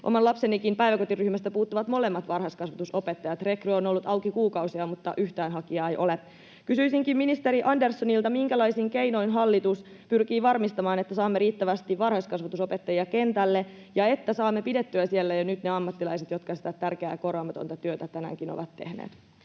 Omankin lapseni päiväkotiryhmästä puuttuvat molemmat varhaiskasvatusopettajat. Rekry on ollut auki kuukausia, mutta yhtään hakijaa ei ole. Kysyisinkin ministeri Anderssonilta: minkälaisin keinoin hallitus pyrkii varmistamaan, että saamme riittävästi varhaiskasvatusopettajia kentälle ja että saamme pidettyä siellä ne ammattilaiset, jotka siellä jo nyt ovat ja jotka sitä tärkeää ja korvaamatonta työtä tänäänkin ovat tehneet?